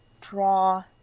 draw